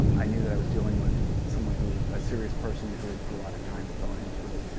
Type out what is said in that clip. um i knew that i was dealing with someone who was a serious person. who had put a lot of time and thought into it.